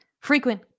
frequent